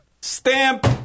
Stamp